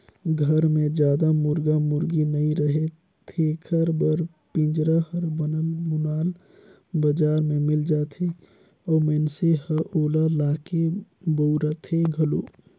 घर मे जादा मुरगा मुरगी नइ रहें तेखर बर पिंजरा हर बनल बुनाल बजार में मिल जाथे अउ मइनसे ह ओला लाके बउरथे घलो